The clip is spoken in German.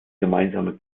gemeinsame